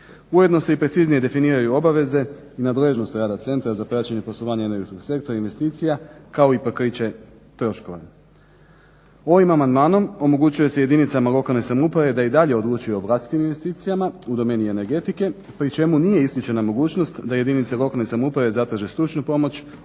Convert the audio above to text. Ujedno se i preciznije definiraju obaveze i nadležnost rada Centra za praćenje i poslovanje energetskog sektora i investicija kao i pokriće troškova. Ovim amandmanom omogućuje se jedinicama lokalne samouprave da i dalje odlučuje o vlastitim investicijama u domeni energetike pri čemu nije isključena mogućnost da jedinice lokalne samouprave stručnu pomoć,